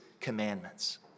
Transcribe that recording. commandments